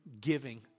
giving